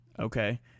Okay